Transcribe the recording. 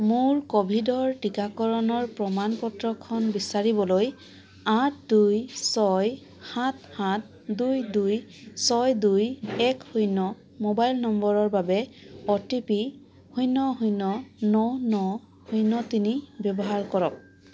মোৰ ক'ভিডৰ টীকাকৰণৰ প্ৰমাণ পত্ৰখন বিচাৰিবলৈ আঠ দুই ছয় সাত সাত দুই দুই ছয় দুই এক শূন্য মোবাইল নম্বৰৰ বাবে অ'টিপি শূন্য শূন্য ন ন শূন্য তিনি ব্যৱহাৰ কৰক